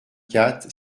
quatre